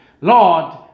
Lord